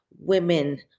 women